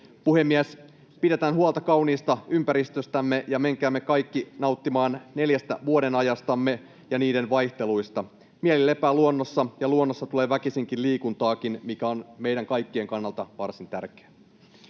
Puhemies! Pidetään huolta kauniista ympäristöstämme, ja menkäämme kaikki nauttimaan neljästä vuodenajastamme ja niiden vaihteluista. Mieli lepää luonnossa, ja luonnossa tulee väkisinkin liikuntaakin, mikä on meidän kaikkien kannalta varsin tärkeää.